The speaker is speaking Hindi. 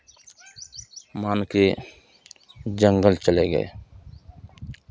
मान के जंगल चले गए